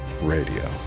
Radio